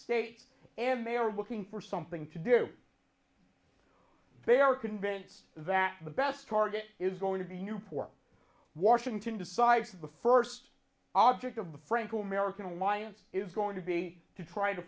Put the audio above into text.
states and they are looking for something to do they are convinced that the best target is going to be newport washington decides that the first object of the franco american alliance is going to be to try to